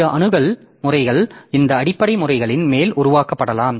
பிற அணுகல் முறைகள் இந்த அடிப்படை முறைகளின் மேல் உருவாக்கப்படலாம்